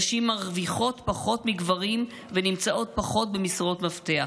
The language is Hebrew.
נשים מרוויחות פחות מגברים ונמצאות פחות במשרות מפתח.